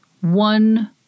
one